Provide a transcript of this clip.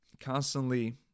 constantly